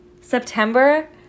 September